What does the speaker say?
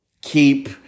keep